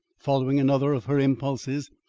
following another of her impulses,